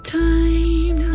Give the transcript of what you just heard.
time